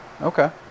Okay